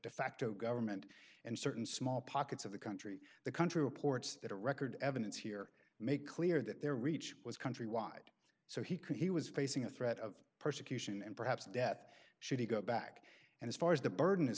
facto government and certain small pockets of the country the country reports that a record evidence here make clear that their reach was countrywide so he could he was facing a threat of persecution and perhaps death should he go back and as far as the burden is